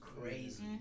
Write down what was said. crazy